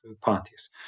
parties